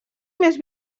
més